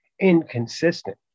inconsistent